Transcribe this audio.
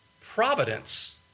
Providence